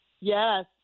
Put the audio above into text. Yes